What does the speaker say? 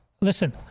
listen